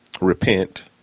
repent